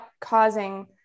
causing